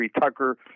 Tucker